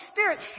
Spirit